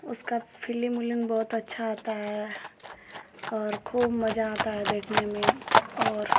उसका फिलिम विलिम बहोत अच्छा आता है और खूब मज़ा आता है देखने में और